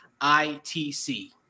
ITC